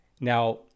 Now